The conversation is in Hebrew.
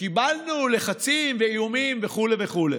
וקיבלנו לחצים ואיומים וכו' וכו'.